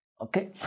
Okay